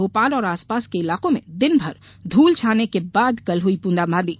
भोपाल और आसपास के इलाकों में दिनभर धूल छाने के बाद कल हुई बूंदाबांदी